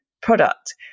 product